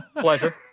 Pleasure